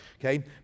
okay